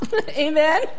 Amen